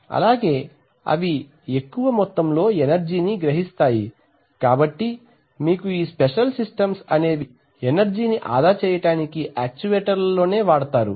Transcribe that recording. అలాగే అవి ఎక్కువ మొత్తములో ఎనర్జి ని గ్రహిస్తాయి కాబట్టి మీకు ఈ స్పెషల్ సిస్టమ్స్ అనేవి ఎనర్జి ని ఆదా చేయడానికి యాక్చువేటర్ లోనే వాడతారు